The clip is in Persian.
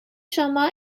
شما